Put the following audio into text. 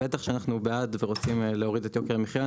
בטח שאנחנו בעד ורוצים להוריד את יוקר המחייה.